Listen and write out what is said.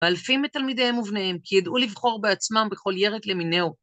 ואלפים מתלמידיהם ובניהם כי ידעו לבחור בעצמם בכל ירק למינהו.